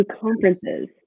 conferences